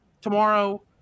tomorrow